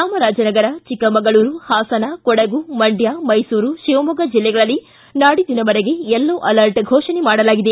ಚಾಮರಾಜನಗರ ಚಿಕ್ಕಮಗಳೂರು ಹಾಸನ ಕೊಡಗು ಮಂಡ್ಯ ಮೈಸೂರು ಶಿವಮೊಗ್ಗ ಜಿಲ್ಲೆಗಳಲ್ಲಿ ನಾಡಿದ್ದಿನವರೆಗೂ yellow alert ಘೋಷಣೆ ಮಾಡಲಾಗಿದೆ